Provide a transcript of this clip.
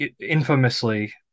infamously